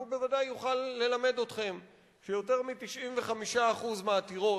והוא בוודאי יוכל ללמד אתכם שיותר מ-95% מהעתירות,